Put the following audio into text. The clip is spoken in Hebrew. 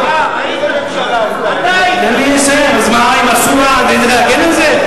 איזה ממשלה עשתה את זה?